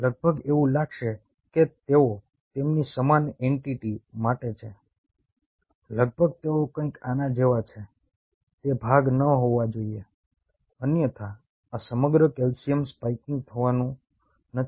લગભગ એવું લાગશે કે તેઓ તેમની સમાન એન્ટિટી માટે છે લગભગ તેઓ કંઈક આના જેવા છે તે ભાગ ન હોવો જોઈએ અન્યથા આ સમગ્ર કેલ્શિયમ સ્પાઇકિંગ થવાનું નથી